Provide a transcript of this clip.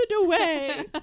away